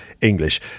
English